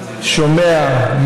שומע,